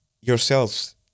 yourselves